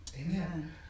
amen